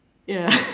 ya